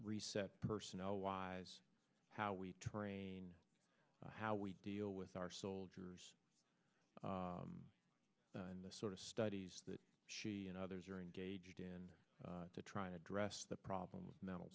reset personnel wise how we train how we deal with our soldiers and the sort of studies that she and others are engaged in to try to address the problem mental